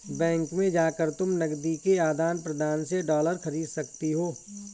bank में जाकर तुम नकदी के आदान प्रदान से डॉलर खरीद सकती हो